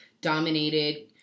dominated